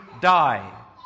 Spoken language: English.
die